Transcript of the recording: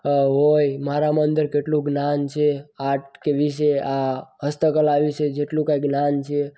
આ હોય મારામાં અંદર કેટલું જ્ઞાન છે આર્ટ કે વિશે આ હસ્તકલા વિશે જેટલું કાંઈ જ્ઞાન છે